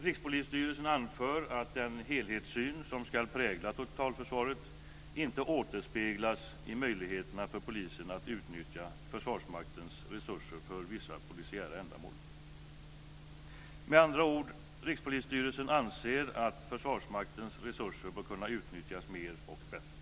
Rikspolisstyrelsen anför att den helhetssyn som ska prägla totalförsvaret inte återspeglas i möjligheterna för polisen att utnyttja Försvarsmaktens resurser för vissa polisiära ändamål. Med andra ord: Rikspolisstyrelsen anser att Försvarsmaktens resurser bör kunna utnyttjas mer och bättre.